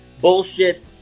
bullshit